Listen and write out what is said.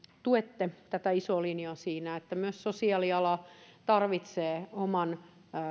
tuette tätä isoa linjaa siinä että myös sosiaaliala tarvitsee oman